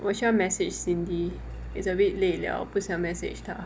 我需要 message cindy is a bit late 了不想 message 她